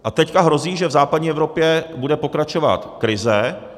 A teď hrozí, že v západní Evropě bude pokračovat krize.